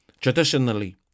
traditionally